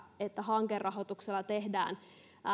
että hankerahoituksella tehdään